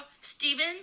Steven